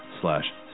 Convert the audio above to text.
slash